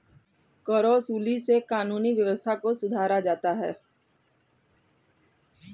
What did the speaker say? करवसूली से कानूनी व्यवस्था को सुधारा जाता है